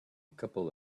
couple